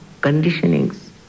conditionings